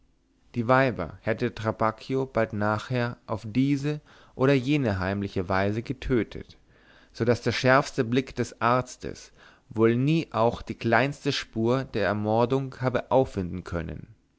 die weiber hätte trabacchio bald nachher auf diese oder jene heimliche weise getötet so daß der schärfste blick des arztes wohl nie auch die kleinste spur der ermordung habe auffinden können